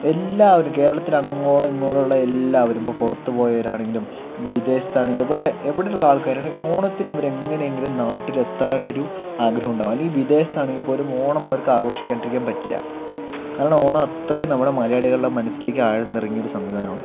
എല്ലാവരും കേരളത്തില് അങ്ങോളം ഇങ്ങോളം ഉള്ള എല്ലാവരും ഇപ്പോൾ പുറത്തു പോയവരാണെങ്കിലും വിദേശത്താണെങ്കിലും എവിടെ എവിടെയുള്ള ആള്ക്കാരാണെങ്കിലും ഓണത്തിന് അവര് എങ്ങനെയെങ്കിലും നാട്ടില് എത്താനൊരു ആഗ്രഹമുണ്ടാവും അല്ലെങ്കില് വിദേശത്താണെങ്കില് പോലും ഓണം അവര്ക്ക് ആഘോഷിക്കാണ്ടിരിക്കാന് പറ്റില്ല കാരണം ഓണം അത്രയും നമ്മുടെ മലയാളികളുടെ മനസ്സിലേക്ക് ആഴ്ന്നിറങ്ങിയ ഒരു സംവിധാനമാണ്